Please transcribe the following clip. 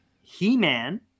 he-man